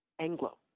Anglo